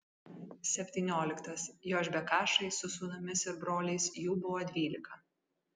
septynioliktas jošbekašai su sūnumis ir broliais jų buvo dvylika